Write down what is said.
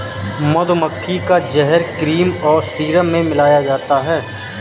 मधुमक्खी का जहर क्रीम और सीरम में मिलाया जाता है